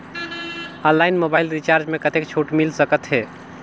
Online mobile recharge मे कतेक छूट मिल सकत हे?